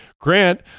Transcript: Grant